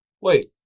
Wait